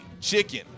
chicken